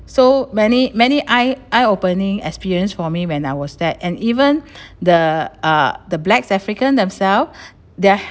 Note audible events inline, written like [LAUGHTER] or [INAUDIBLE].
so many many eye eye opening experience for me when I was there and even [BREATH] the uh the black african themselves their